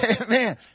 Amen